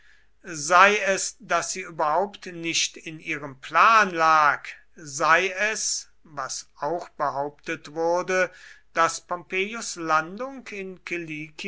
sei es daß sie überhaupt nicht in ihrem plan lag sei es was auch behauptet wurde daß pompeius landung in